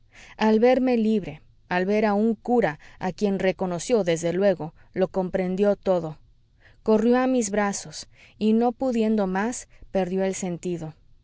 al verme libre al ver a un cura a quien reconoció desde luego lo comprendió todo corrió a mis brazos y no pudiendo más perdió el sentido